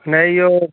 नहि यौ